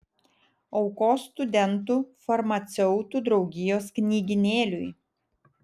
aukos studentų farmaceutų draugijos knygynėliui